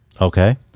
Okay